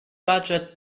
budget